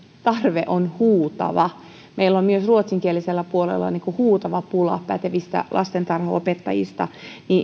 tarve on huutava meillä on myös ruotsinkielisellä puolella huutava pula pätevistä lastentarhanopettajista